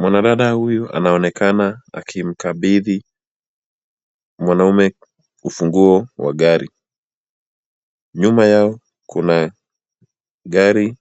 Mwanadada huyu anaonekana akimkabidhi mwanaume ufunguo wa gari. Nyuma yao kuna gari